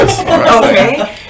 okay